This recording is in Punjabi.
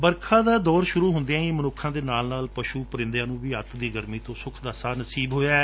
ਵਰਖਾ ਦਾ ਦੌਰ ਸ਼ੁਰੁ ਹੁੰਦਿਆਂ ਹੀ ਮਨੁੱਖ ਦੇ ਨਾਲ ਨਾਲ ਪਸ਼ੁ ਪਰਿੰਦਿਆਂ ਨੂੰ ਵੀ ਅੱਤ ਦੀ ਗਰਮੀ ਤੋਂ ਸੁਖ ਦਾ ਸਾਹ ਨਸੀਬ ਹੋਇਐ